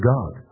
God